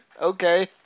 okay